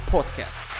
Podcast